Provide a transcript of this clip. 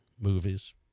movies